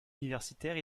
universitaires